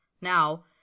now